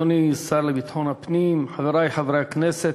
אדוני השר לביטחון הפנים, חברי חברי הכנסת,